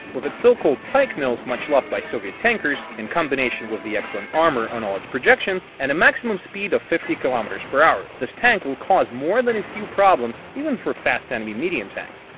with its so-called pike-nose much loved by soviet tankers, in combination with the excellent armor on all its projections and a maximum speed of fifty kilometers per hour, this tank will can cause more than a few problems even for fast enemy medium tanks!